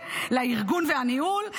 לארגון והניהול,